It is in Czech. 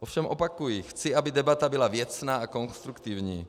Ovšem opakuji, chci, aby debata byla věcná a konstruktivní.